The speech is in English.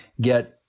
get